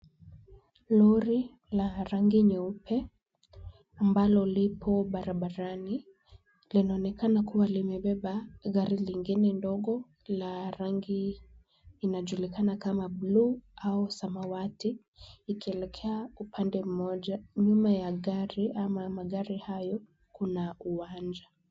Lori la rangi nyeupe ambalo lipo barabarani. Linaonekana kuwa limebeba gari lingine ndogo la rangi inajulikana kama blue au samawati ikielekea upande mmoja. Nyuma ya gari ama magari hayo kuna uwanja.